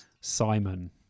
Simon